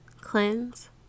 Cleanse